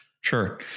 Sure